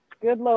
good